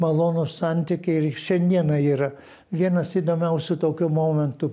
malonūs santykiai ir šiandieną yra vienas įdomiausių tokių momentų